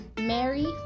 Mary